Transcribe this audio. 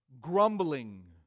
grumbling